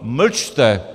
Mlčte!